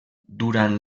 durant